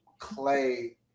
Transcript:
Clay